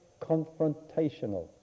confrontational